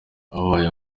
ababaye